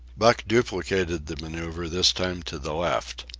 buck duplicated the manoeuvre, this time to the left.